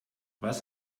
was